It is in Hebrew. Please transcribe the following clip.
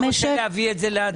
אני רוצה להביא את זה להצבעה.